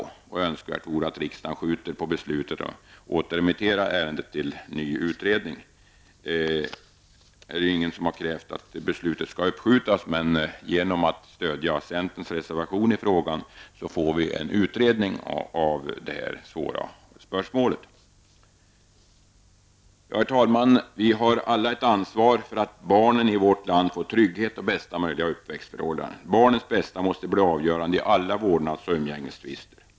Vi önskar att riksdagen skjuter på beslutet och återremitterar ärendet i och för ny utredning. Ingen har krävt att beslutet skall uppskjutas, men genom att stödja centerns reservation i frågan får vi en utredning om det här svåra spörsmålet. Herr talman! Vi har alla ett ansvar för att barnen i vårt land får trygghet och bästa möjliga uppväxtförhållanden. Barnets bästa måste bli avgörande i alla vårdnads och umgängestvister.